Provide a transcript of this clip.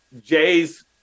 Jay's